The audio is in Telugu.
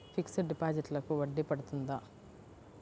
ఫిక్సడ్ డిపాజిట్లకు వడ్డీ పడుతుందా?